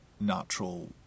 natural